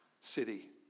city